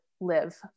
live